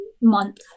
month